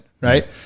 right